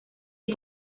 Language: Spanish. fue